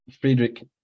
friedrich